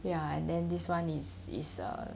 ya and then this [one] is is err